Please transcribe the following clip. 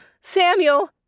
Samuel